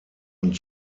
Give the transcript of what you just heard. und